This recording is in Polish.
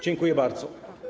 Dziękuję bardzo.